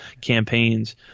campaigns